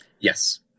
Yes